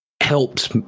helps